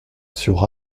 sur